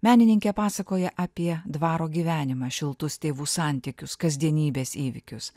menininkė pasakoja apie dvaro gyvenimą šiltus tėvų santykius kasdienybės įvykius